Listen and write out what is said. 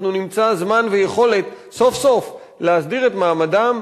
אנחנו נמצא זמן ויכולת סוף-סוף להסדיר את מעמדם,